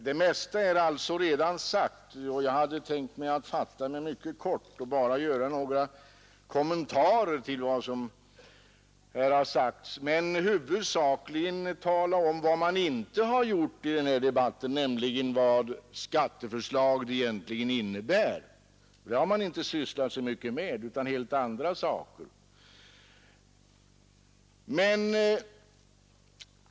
Det mesta är alltså redan sagt, och jag hade tänkt att fatta mig mycket kort och bara göra några kommentarer till vad som här har sagts men huvudsakligen tala om vad man inte har sagt i den här debatten, nämligen vad skatteförslaget egentligen innebär. Det har man inte sysslat så mycket med utan talat om helt andra saker.